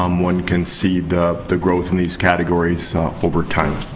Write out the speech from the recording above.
um one can see the the growth in these categories over time.